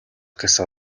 гэсэн